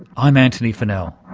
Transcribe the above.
i'm antony funnell.